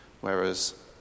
whereas